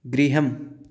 गृहम्